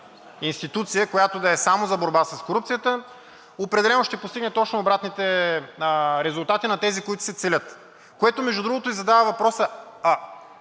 която да е само за борба с корупцията, определено ще постигнат точно обратните резултати на тези, които се целят. Което, между другото, задава и въпроса: